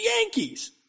Yankees